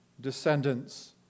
descendants